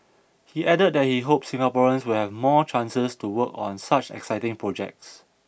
he added that he hopes Singaporeans will have more chances to work on such exciting projects